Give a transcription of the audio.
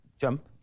Jump